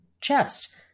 chest